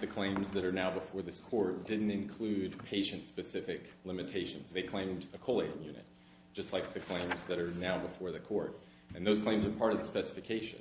the claims that are now before this court didn't include patient specific limitations they claimed to call a unit just like to find that are now before the court and those claims are part of the specification